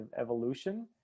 evolution